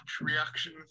reaction